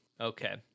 Okay